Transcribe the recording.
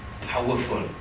powerful